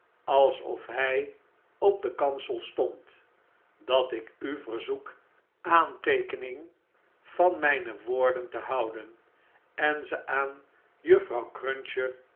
alsof hfl op den kansel stond dat ik u verzoek aanteekening van mijne woorden te houden en ze aan juffrouw cruncher